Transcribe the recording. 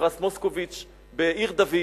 בטקס פרס מוסקוביץ בעיר-דוד.